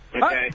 Okay